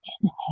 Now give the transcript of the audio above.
inhale